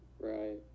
Right